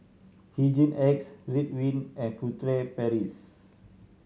Hygin X Ridwind and Furtere Paris